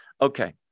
Okay